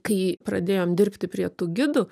kai pradėjom dirbti prie tų gidų